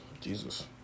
Jesus